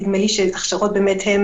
נדמה לי שהכשרות הם עשו,